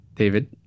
David